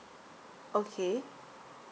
okay